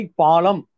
palam